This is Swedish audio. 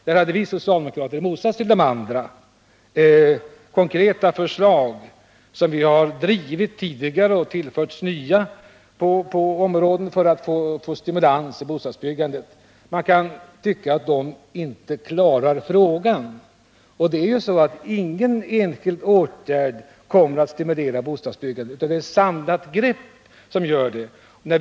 I motsats till de andra partierna hade vi socialdemokrater konkreta förslag — både sådana som vi har drivit tidigare och sådana som var nya — för att få stimulans i bostadsbyggandet. Ingen enskild åtgärd kan stimulera bostadsbyggandet, utan ett samlat grepp behövs.